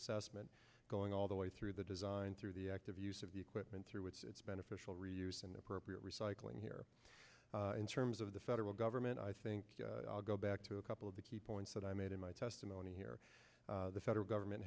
assessment going all the way through the design through the active use of the equipment through which it's beneficial reuse and appropriate recycling here in terms of the federal government i think i'll go back to a couple of the key points that i made in my testimony here the federal government